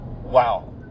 Wow